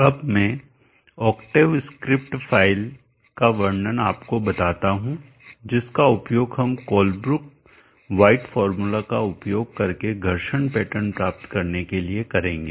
अब मैं octave script file का वर्णन आपको बताता हूं जिसका उपयोग हम कोलब्रुक व्हाइट फॉर्मूला का उपयोग करके घर्षण पैटर्न प्राप्त करने के लिए करेंगे